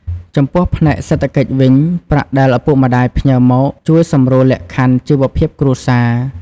ចំពោះផ្នែកសេដ្ឋកិច្ចវិញ ប្រាក់ដែលឪពុកម្តាយផ្ញើមកជួយសម្រួលលក្ខខណ្ឌជីវភាពគ្រួសារ។